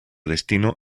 destino